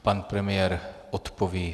Pan premiér odpoví.